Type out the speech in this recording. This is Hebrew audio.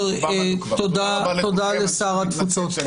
תודה לשר התפוצות.